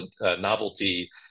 novelty